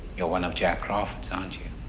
you're one of jack crawford's, aren't you?